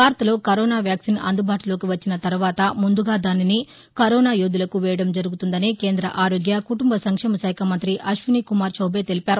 భారత్లో corona vaccine అందుబాటులోకి వచ్చిన తర్వాత ముందుగా దానిని కరోనా యోధులకు వేయడం జరుగుతుందని కేంద్ర ఆరోగ్య కుటుంబ సంక్షేమశాఖ మంతి అశ్విన్కుమార్ చౌబె తెలిపారు